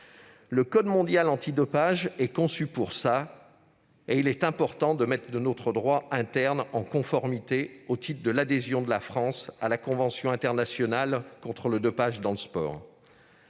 Le code mondial antidopage est conçu pour ça, et il est important de mettre notre droit interne en conformité avec ses règles, au titre de l'adhésion de la France à la convention internationale contre le dopage dans le sport.